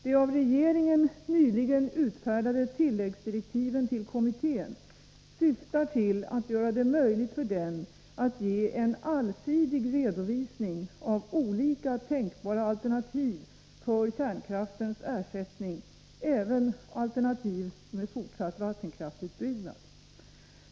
De av regeringen nyligen utfärdade tilläggsdirektiven till kommittén syftar till att göra det möjligt för Fr den att ge en allsidig redovisning av olika tänkbara alternativ för kärnkraftens ersättning, även alternativ med fortsatt vattenkraftsutbyggnad.